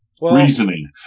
reasoning